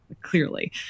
clearly